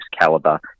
caliber